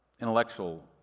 Intellectual